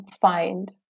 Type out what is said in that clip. find